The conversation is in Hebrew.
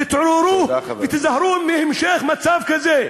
תתעוררו ותיזהרו מהמשך מצב כזה.